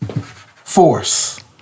Force